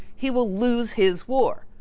he will lose his war.